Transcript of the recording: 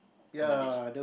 on the beach